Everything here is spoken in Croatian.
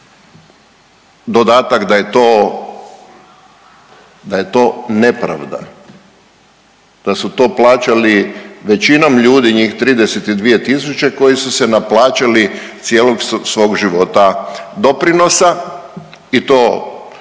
dodatak da je to nepravda, da su to plaćali većinom ljudi njih 32000 koji su se naplaćali cijelog svog života doprinosa i to